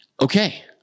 Okay